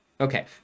Okay